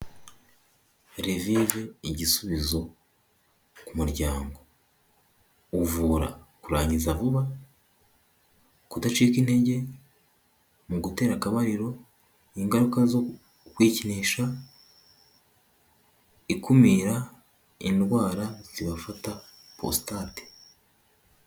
Revive igisubizo ku muryango, uvura kurangiza vuba, kudacika intege mu gutera akabariro, ingaruka zo kwikinisha, ikumira indwara zibafata porositate.